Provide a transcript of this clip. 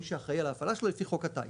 מי שאחראי על ההפעלה שלו לפי חוק הטייס.